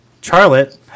Charlotte